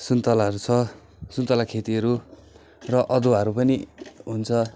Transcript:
सुन्तालाहरू छ सुन्ताला खेतीहरू र अदुवाहरू पनि हुन्छ